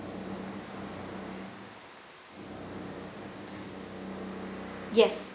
yes